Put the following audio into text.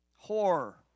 horror